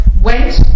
went